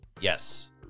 Yes